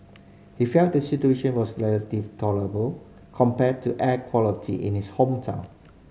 he felt the situation was relative tolerable compared to air quality in his home town